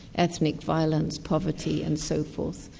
ethnic violence, poverty and so forth,